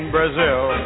Brazil